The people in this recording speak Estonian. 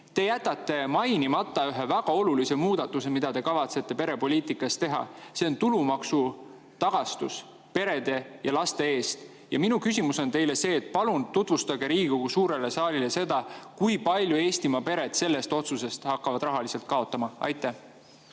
Te jätate mainimata ühe väga olulise muudatuse, mida te kavatsete perepoliitikas teha – see on tulumaksutagastus perede ja laste eest. Minu küsimus on teile see, et palun tutvustage Riigikogu suurele saalile seda, kui palju hakkavad Eestimaa pered selle otsuse tõttu rahaliselt kaotama. Aitäh!